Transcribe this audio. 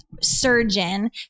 surgeon